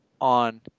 on